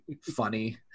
funny